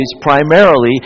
primarily